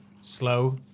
Slow